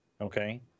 Okay